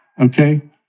okay